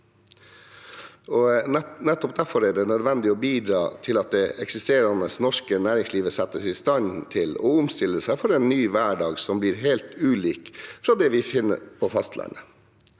Derfor er det nødvendig å bidra til at det eksisterende norske næringslivet settes i stand til å omstille seg for en ny hverdag som blir helt ulik den vi finner på fastlandet.